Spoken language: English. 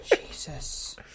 Jesus